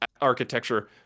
architecture